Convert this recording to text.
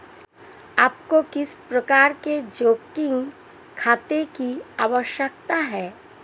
आपको किस प्रकार के चेकिंग खाते की आवश्यकता है?